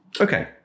Okay